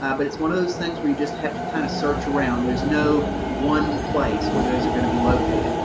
but it's one of those things where you just have to kind of search around. there's no one place where those are going to be located,